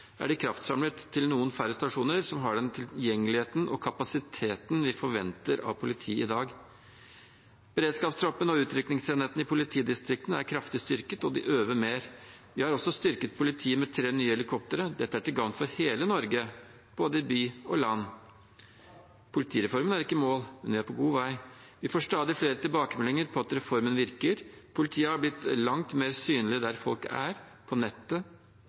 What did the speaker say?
er de kraftsamlet til noen færre stasjoner som har den tilgjengeligheten og kapasiteten vi forventer av politiet i dag. Beredskapstroppen og utrykningsenheten i politidistriktene er kraftig styrket, og de øver mer. Vi har også styrket politiet med tre nye helikoptre. Dette er til gagn for hele Norge, både by og land. Politireformen er ikke i mål, men vi er på god vei. Vi får stadig flere tilbakemeldinger om at reformen virker. Politiet har blitt langt mer synlige der folk er, på nettet,